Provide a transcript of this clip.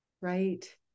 right